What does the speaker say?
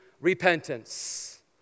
repentance